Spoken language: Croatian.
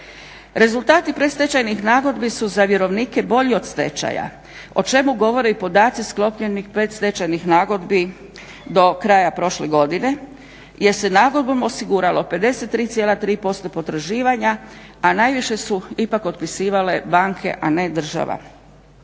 Rezultati predstečajnih nagodbi su za vjerovnike bolji od stečaja o čemu govore i podaci sklopljenih predstečajnih nagodbi do kraja prošle godine, jer se nagodbom osiguralo 53,3% potraživanja, a najviše su ipak otpisivale banke, a ne država.